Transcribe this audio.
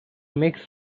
makes